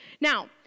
Now